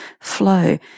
flow